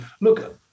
Look